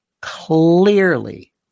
clearly